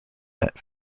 net